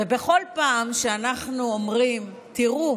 בכל פעם שאנחנו אומרים: תראו,